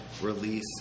release